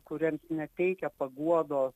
kurie neteikia paguodos